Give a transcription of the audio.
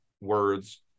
words